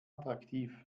attraktiv